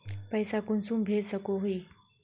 पैसा कुंसम भेज सकोही?